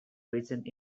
recent